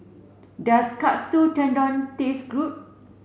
does Katsu Tendon taste good